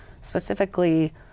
specifically